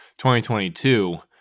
2022